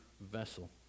vessel